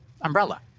umbrella